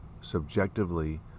subjectively